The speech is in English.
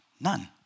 none